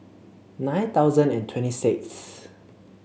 nine thousand and twenty sixth